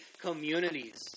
communities